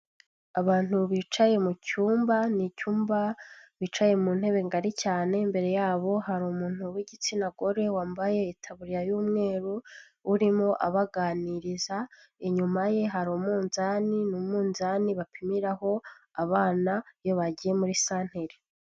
Abantu bicaye mu cyumba ni icyumba bicaye mu ntebe ngari cyane imbere yabo hari umuntu w'igitsina gore wambaye itaburiya y'umweru, urimo abaganiriza, inyuma ye hari umunzani ni umunzani bapimiraho abana iyo bagiye muri santere.